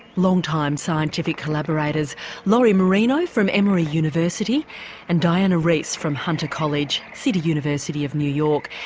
long time scientific collaborators lori marino from emory university and diana reiss from hunter college, city university of new york.